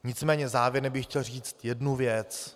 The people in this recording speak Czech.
Nicméně závěrem bych chtěl říct jednu věc.